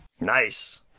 Nice